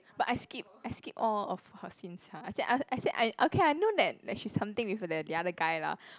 but I skip I skip all of her scenes sia I say I say okay I know that that she's something with that the other guy lah